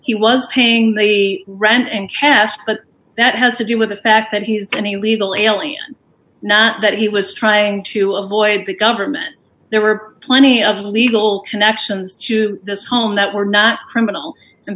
he was paying the rent and cast but that has to do with the fact that he's any legal alien not that he was trying to avoid the government there were plenty of legal connections to this home that were not criminal